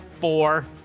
four